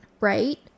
Right